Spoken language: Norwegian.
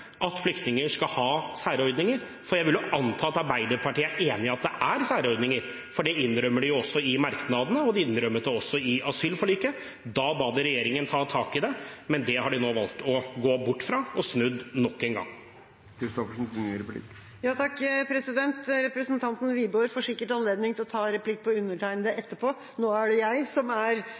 at flyktninger skal ha særordninger? Jeg vil anta at Arbeiderpartiet er enig i at det er særordninger, for det innrømmer de i merknaden, og de innrømmet det også i asylforliket. Da ba de regjeringen ta tak i det, men det har de nå valgt å gå bort fra og har snudd nok en gang. Representanten Wiborg får sikkert anledning til å ta replikk på undertegnede etterpå. Nå er det jeg som er